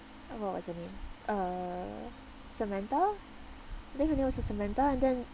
uh what was her name uh samantha I think her name was sa~ samantha and then